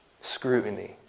scrutiny